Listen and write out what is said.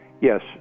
Yes